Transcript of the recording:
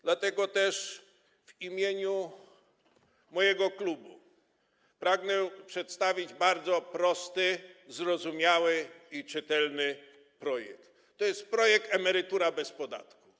Dlatego też w imieniu mojego klubu pragnę przedstawić bardzo prosty, zrozumiały i czytelny projekt, tj. projekt emerytura bez podatku.